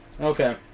Okay